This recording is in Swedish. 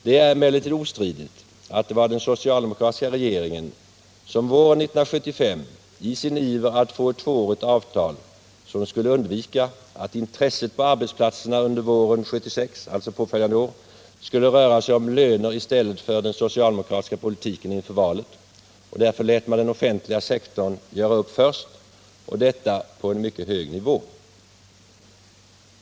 Det är emellertid ostridigt att det var den socialdemokratiska regeringen som våren 1975 i sin iver att få ett tvåårigt avtal, som skulle undvika att intresset på arbetsplatserna under våren 1976 rörde sig om löner i stället för den socialdemokratiska politiken inför valet, lät den offentliga sektorn göra upp först, och detta på en mycket hög nivå.